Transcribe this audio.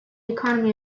economy